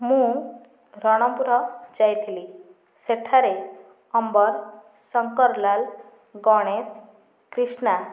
ମୁଁ ରଣପୁର ଯାଇଥିଲି ସେଠାରେ ଅମ୍ବର୍ ଶଙ୍କର ଲାଲ ଗଣେଶ କ୍ରୀଷ୍ଣା